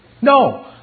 No